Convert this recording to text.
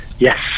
Yes